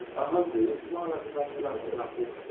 i'm hungry. this is why i like to break for lunch at about quarter